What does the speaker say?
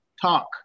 talk